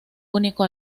único